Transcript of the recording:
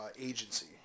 agency